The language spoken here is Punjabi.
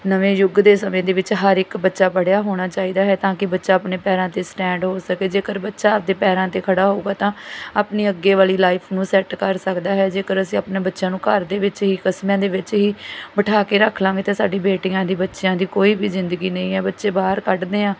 ਨਵੇਂ ਯੁੱਗ ਦੇ ਸਮੇਂ ਦੇ ਵਿੱਚ ਹਰ ਇੱਕ ਬੱਚਾ ਪੜ੍ਹਿਆ ਹੋਣਾ ਚਾਹੀਦਾ ਹੈ ਤਾਂ ਕਿ ਬੱਚਾ ਆਪਣੇ ਪੈਰਾਂ 'ਤੇ ਸਟੈਂਡ ਹੋ ਸਕੇ ਜੇਕਰ ਬੱਚਾ ਆਪਣੇ ਪੈਰਾਂ 'ਤੇ ਖੜ੍ਹਾ ਹੋਊਗਾ ਤਾਂ ਆਪਣੇ ਅੱਗੇ ਵਾਲੀ ਲਾਈਫ ਨੂੰ ਸੈਟ ਕਰ ਸਕਦਾ ਹੈ ਜੇਕਰ ਅਸੀਂ ਆਪਣੇ ਬੱਚਿਆਂ ਨੂੰ ਘਰ ਦੇ ਵਿੱਚ ਹੀ ਕਸਮਿਆਂ ਦੇ ਵਿੱਚ ਹੀ ਬਿਠਾ ਕੇ ਰੱਖ ਲਾਂਗੇ ਅਤੇ ਸਾਡੀ ਬੇਟੀਆਂ ਦੀ ਬੱਚਿਆਂ ਦੀ ਕੋਈ ਵੀ ਜ਼ਿੰਦਗੀ ਨਹੀਂ ਹੈ ਬੱਚੇ ਬਾਹਰ ਕੱਢਦੇ ਹਾਂ